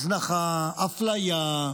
הזנחה, אפליה,